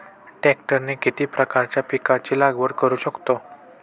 ट्रॅक्टरने किती प्रकारच्या पिकाची लागवड करु शकतो?